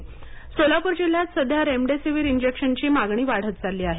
corona Solapur Solapur जिल्ह्यात सध्या remdesivir इंजेक्शनची मागणी वाढत चालली आहे